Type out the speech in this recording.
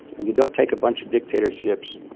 and you don't take a bunch of dictatorships.